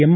M